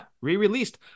re-released